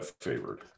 favored